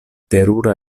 terura